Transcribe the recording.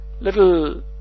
little